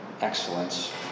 excellence